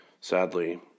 sadly